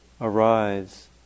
arise